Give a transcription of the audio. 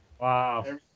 Wow